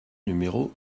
numéro